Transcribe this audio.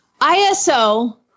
ISO